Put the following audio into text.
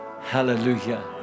Hallelujah